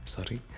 Sorry